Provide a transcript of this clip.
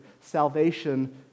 Salvation